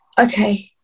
Okay